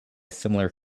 similar